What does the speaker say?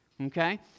okay